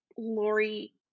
Lori